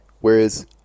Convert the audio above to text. whereas